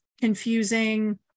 confusing